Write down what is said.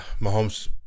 Mahomes –